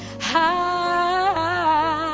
high